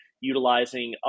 utilizing